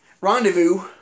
rendezvous